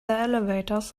elevators